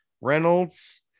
Reynolds